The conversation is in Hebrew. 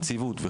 הנציבות,